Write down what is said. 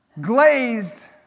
Glazed